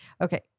okay